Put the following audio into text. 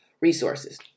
resources